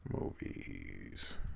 movies